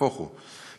נהפוך הוא,